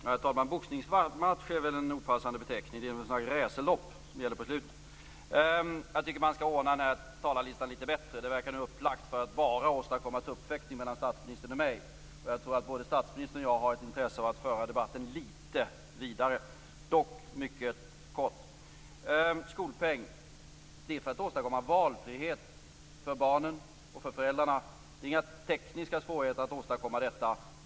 Herr talman! Boxningsmatch är väl en opassande beteckning. Det är väl snarare racerlopp som gäller beslutet. Jag tycker att man skall ordna den här talarlistan litet bättre. Det verkar nu upplagt för att bara åstadkomma tuppfäktning mellan statsministern och mig. Jag tror att både statsministern och jag har ett intresse av att föra debatten litet vidare. Dock skall jag kortfattat säga följande. Skolpengen är till för att man skall åstadkomma valfrihet för barnen och för föräldrarna. Det är inga tekniska svårigheter att åstadkomma detta.